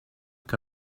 que